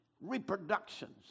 reproductions